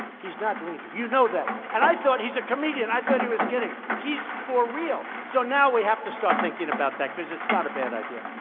he's not leaving. you know that. and i thought he's a comedian. i thought he was kidding. he's for real. so now we have to start thinking about that, because it's not a bad idea.